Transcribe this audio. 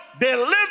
deliver